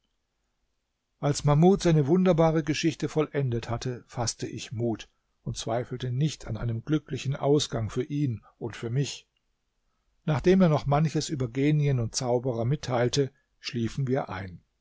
als mahmud seine wunderbare geschichte vollendet hatte faßte ich mut und zweifelte nicht an einem glücklichen ausgang für ihn und für mich nachdem er noch manches über genien und zauberer mitteilte schliefen wir ein